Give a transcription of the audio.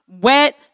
wet